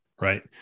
Right